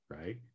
Right